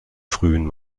frühen